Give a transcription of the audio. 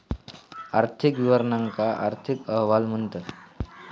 आर्थिक विवरणांका आर्थिक अहवाल म्हणतत